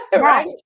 Right